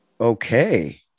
okay